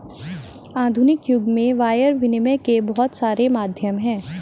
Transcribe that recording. आधुनिक युग में वायर विनियम के बहुत सारे माध्यम हैं